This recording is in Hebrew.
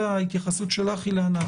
אילנה,